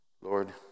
Lord